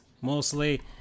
mostly